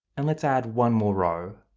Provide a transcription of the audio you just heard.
and let's add one more row.